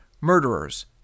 murderers